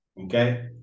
Okay